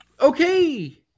okay